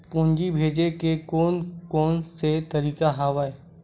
पूंजी भेजे के कोन कोन से तरीका हवय?